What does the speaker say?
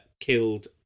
killed